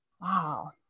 wow